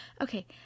Okay